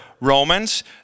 Romans